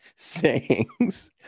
sayings